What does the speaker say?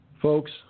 Folks